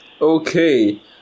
Okay